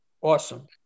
awesome